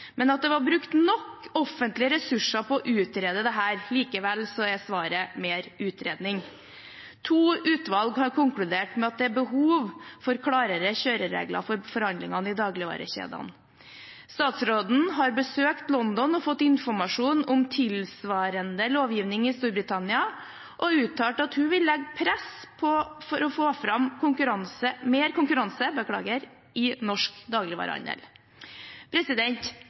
men at det er brukt nok offentlige ressurser på å utrede dette her. Likevel er svaret mer utredning. To utvalg har konkludert med at det er behov for klarere kjøreregler for forhandlingene i dagligvarekjedene. Statsråden har besøkt London og fått informasjon om tilsvarende lovgivning i Storbritannia og uttalt at hun vil bruke press for å få fram mer konkurranse i norsk dagligvarehandel.